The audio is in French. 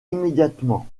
immédiatement